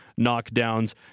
knockdowns